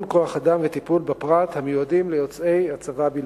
כוח-אדם וטיפול בפרט המיועדים ליוצאי הצבא בלבד.